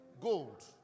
gold